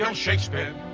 Shakespeare